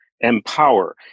empower